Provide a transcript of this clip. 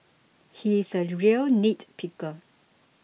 he is a real nitpicker